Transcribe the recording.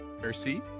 mercy